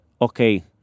okay